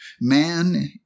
Man